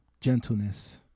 gentleness